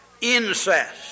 incest